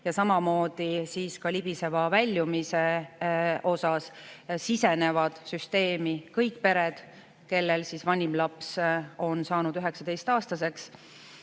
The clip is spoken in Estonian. ja samamoodi ka libiseva väljumise osas sisenevad süsteemi kõik pered, kellel vanim laps on saanud 19‑aastaseks.